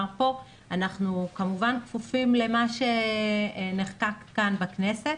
כאן שאנחנו כמובן כפופים למה שנחקק כאן בכנסת.